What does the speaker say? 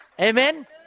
Amen